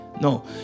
No